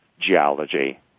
geology